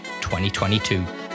2022